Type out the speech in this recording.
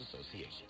Association